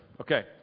Okay